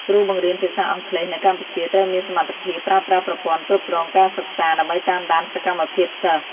គ្រូបង្រៀនភាសាអង់គ្លេសនៅកម្ពុជាត្រូវមានសមត្ថភាពប្រើប្រាស់ប្រព័ន្ធគ្រប់គ្រងការសិក្សា ដើម្បីតាមដានសកម្មភាពសិស្ស។